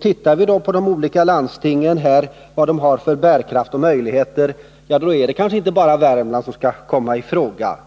Tittar vi på de olika landstingens bärkraft och möjligheter, finner vi kanske att inte bara Värmland skall komma i fråga.